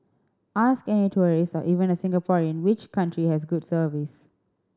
ask any tourist or even a Singaporean which country has good service